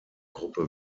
gruppe